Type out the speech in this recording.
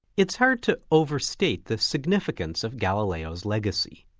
it's hard to overstate the significance of galileo's legacy.